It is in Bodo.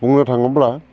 बुंनो थाङोब्ला